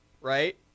Right